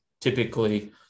typically